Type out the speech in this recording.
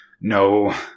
No